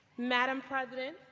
madame president,